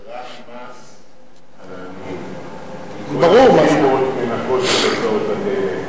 זה מס רק על העניים כי כל הפירמות מנכות את הוצאות הדלק,